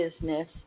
business